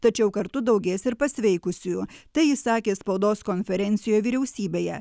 tačiau kartu daugės ir pasveikusiųjų tai jis sakė spaudos konferencijoj vyriausybėje